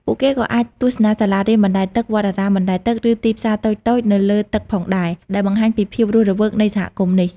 ពួកគេក៏អាចទស្សនាសាលារៀនបណ្ដែតទឹក វត្តអារាមបណ្ដែតទឹក ឬទីផ្សារតូចៗនៅលើទឹកផងដែរ ដែលបង្ហាញពីភាពរស់រវើកនៃសហគមន៍នេះ។